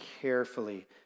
carefully